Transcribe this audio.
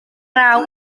draw